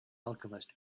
alchemist